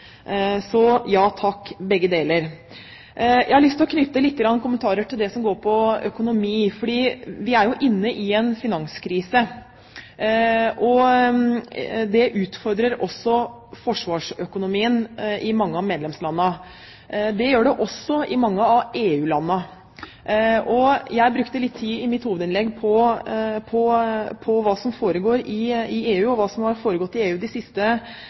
Så: Ja takk, begge deler. Jeg har lyst til å knytte noen kommentarer til det som går på økonomi, for vi er jo inne i en finanskrise. Det utfordrer også forsvarsøkonomien i mange av medlemslandene. Det gjør det også i mange av EU-landene. Jeg brukte litt tid i mitt hovedinnlegg på hva som foregår i EU, og hva som har foregått i EU de siste